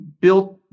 built